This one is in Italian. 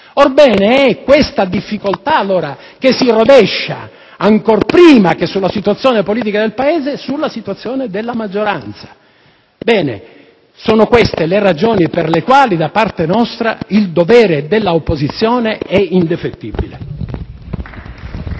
Orbene, è questa difficoltà che si rovescia, ancor prima che sulla situazione politica del Paese, sulla condizione della maggioranza. Ebbene, sono queste le ragioni per le quali da parte nostra il dovere della opposizione è indefettibile.